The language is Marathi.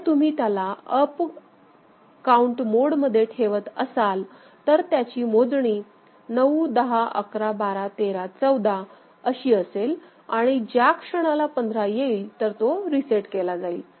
जर तुम्ही त्याला अप काउंट मोडमध्ये ठेवत असाल तर त्याची मोजणी 9 10 11 12 13 14 अशी असेल आणि ज्या क्षणाला 15 येईल तर तो रिसेट केला जाईल